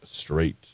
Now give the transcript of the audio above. straight